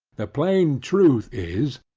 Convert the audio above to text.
the plain truth is,